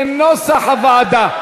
כנוסח הוועדה.